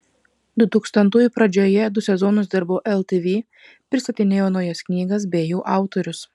dutūkstantųjų pradžioje du sezonus dirbau ltv pristatinėjau naujas knygas bei jų autorius